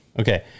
Okay